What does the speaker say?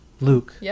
Luke